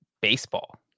Baseball